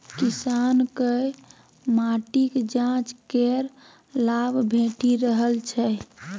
किसानकेँ माटिक जांच केर लाभ भेटि रहल छै